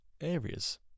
areas